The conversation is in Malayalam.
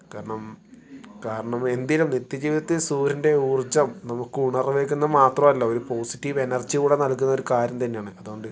കാരണം കാരണം എന്തിനും നിത്യജീവിതത്തിൽ സൂര്യൻ്റെ ഊർജ്ജം നമുക്ക് ഉണർവേകുന്നു മാത്രമല്ല ഒരു പോസിറ്റീവ് എനർജി കൂടെ നൽകുന്ന ഒരു കാര്യം തന്നെയാണ് അതുകൊണ്ട്